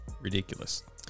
ridiculous